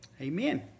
amen